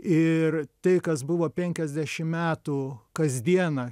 ir tai kas buvo penkiasdešim metų kasdieną